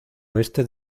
oeste